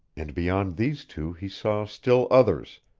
and beyond these two he saw still others,